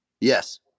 Yes